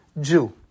Jew